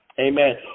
amen